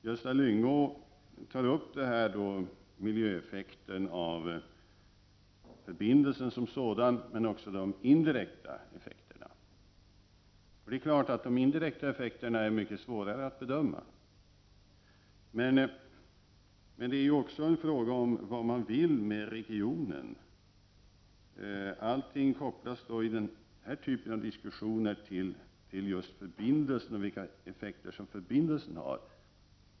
Gösta Lyngå tar upp frågan om miljöeffekterna av förbindelsen som sådan, men också de indirekta effekterna. Det är klart att de indirekta effekterna är mycket svårare att bedöma. Det är emellertid också en fråga om vad man vill med regionen. I denna typ av diskussioner kopplas allt till själva förbindelsen och vilka effekter förbindelsen har.